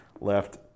left